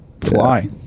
fly